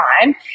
time